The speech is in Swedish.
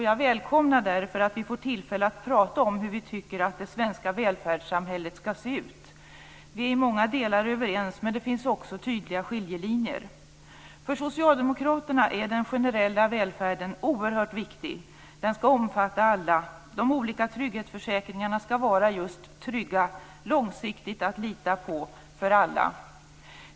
Jag välkomnar därför att vi får tillfälle att prata om hur vi tycker att det svenska välfärdssamhället skall se ut. I många delar är vi överens, men det finns också tydliga skiljelinjer. För socialdemokraterna är den generella välfärden oerhört viktig. Den skall omfatta alla. De olika trygghetsförsäkringarna skall vara just trygga, något att långsiktigt lita på för alla.